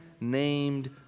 named